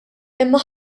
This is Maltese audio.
imma